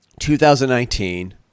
2019